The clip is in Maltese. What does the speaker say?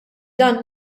dan